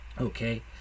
Okay